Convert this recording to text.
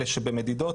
אלה שבמדידות,